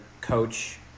coach